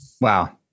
Wow